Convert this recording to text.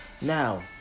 Now